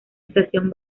estación